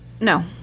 No